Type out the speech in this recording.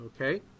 okay